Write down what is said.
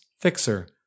Fixer